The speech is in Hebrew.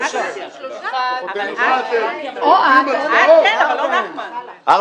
הצבעה בעד 4 נגד 6 נמנעים אין הערעור לא נתקבל.